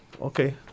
Okay